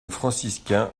franciscain